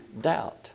doubt